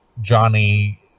Johnny